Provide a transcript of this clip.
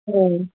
हय